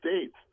States